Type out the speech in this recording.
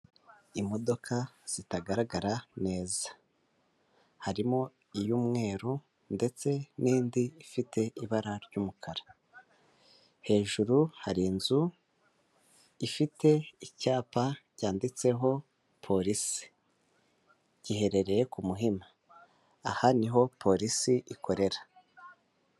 Imodoka zitagaragara neza. Harimo iy'umweru ndetse n'indi ifite ibara ry'umukara. Hejuru hari inzu ifite icyapa cyanditseho polisi. Giherereye ku Muhima. Aha ni ho polisi ikorera.